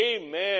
Amen